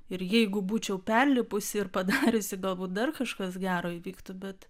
ir jeigu būčiau perlipusi ir padariusi galbūt dar kažkas gero įvyktų bet